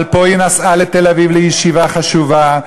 אבל פה היא נסעה לתל-אביב לישיבה חשובה,